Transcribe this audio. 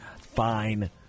fine